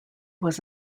was